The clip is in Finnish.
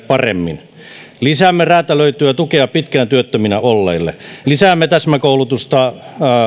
paremmin lisäämme räätälöityä tukea pitkään työttöminä olleille lisäämme täsmäkoulutusta